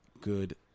good